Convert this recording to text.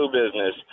business